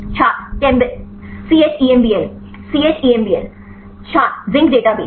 छात्र ChEMBL ChEMBL छात्र जस्ता डेटाबेस